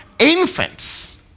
Infants